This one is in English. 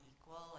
equal